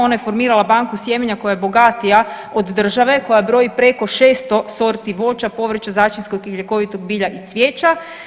Ona je formirala banku sjemena koja je bogatija od države, koja broji preko 600 sorti voća, povrća, začinskog i ljekovitog bilja i cvijeća.